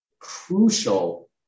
crucial